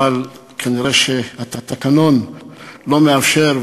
אבל כנראה התקנון לא מאפשר,